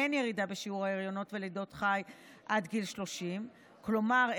אין ירידה בשיעור הריונות ולידות חי עד גיל 30. כלומר,